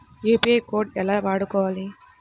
UPI code ఎలా వాడుకోవాలి?